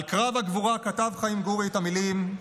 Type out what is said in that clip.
על קרב הגבורה כתב חיים גורי את המילים: